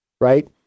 right